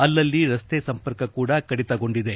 ಅಲ್ಲಲ್ಲಿ ರಸ್ತೆ ಸಂಪರ್ಕ ಕೂಡ ಕಡಿತಗೊಂಡಿದೆ